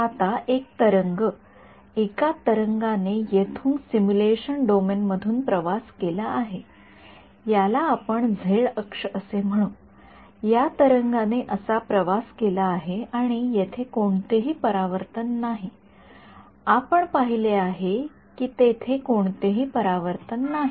आता एक तरंग एका तरंगाने येथून सिम्युलेशन डोमेन मधून प्रवास केला आहे याला आपण झेड अक्ष असे म्हणू या तरंगाने असा प्रवास केला आहे आणि तेथे कोणतेही परावर्तन नाही आपण पाहिले आहे की तेथे कोणतेही परावर्तन नाही